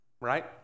right